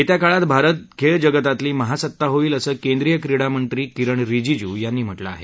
येत्या काळात भारत खेळ जगातातली महासत्ता होईल असं केंद्रीय क्रीडामंत्री किरण रिजीजू यांनी म्हटलं आहे